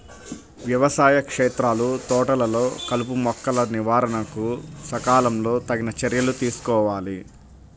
వ్యవసాయ క్షేత్రాలు, తోటలలో కలుపుమొక్కల నివారణకు సకాలంలో తగిన చర్యలు తీసుకోవాలి